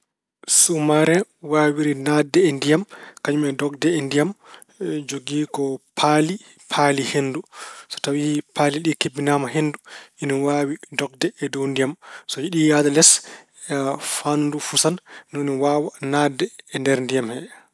Suumareŋ waawiri naatde e ndiyam kañum e dogde e ndiyam, jogii ko paali, paali henndu. So tawi paali ɗi kebbinaama henndu, ina waawi dogde e dow ndiyam. So yiɗi yahde les, faandu fusan, waawa naatde e nder ndiyam he.